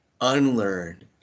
unlearn